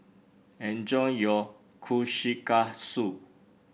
enjoy your Kushikatsu